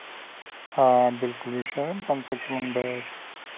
آ بِلکُل یہِ چھُ آسان پنٛژاہ کِلوٗوُن بیگ